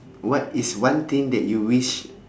what is one thing that you wish